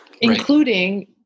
including